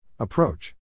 Approach